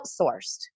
outsourced